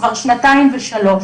כבר שנתיים ושלוש.